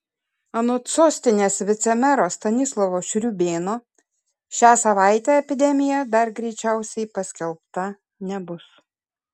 anot sostinės vicemero stanislovo šriūbėno šią savaitę epidemija dar greičiausiai paskelbta nebus